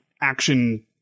action